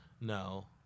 No